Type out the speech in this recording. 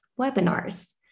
webinars